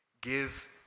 give